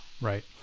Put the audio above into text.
Right